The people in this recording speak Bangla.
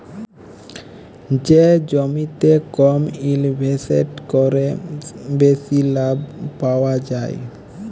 যে জমিতে কম ইলভেসেট ক্যরে বেশি লাভ পাউয়া যায়